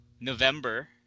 November